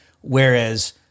Whereas